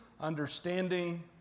understanding